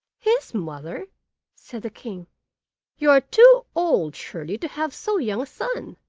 his mother said the king you are too old, surely, to have so young a son